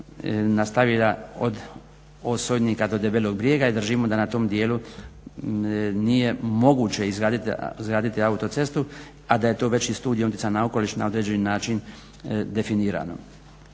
nastavila od … do Debelog brijega i držimo da na tom dijelu nije moguće izgraditi autocestu, a da je to već i Studijom utjecaja na okoliš na određeni način definirano.